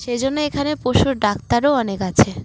সেই জন্য এখানে পশুর ডাক্তারও অনেক আছে